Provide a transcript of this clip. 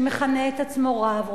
שמכנה את עצמו רב,